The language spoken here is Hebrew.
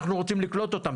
אנחנו רוצים לקלוט אותם.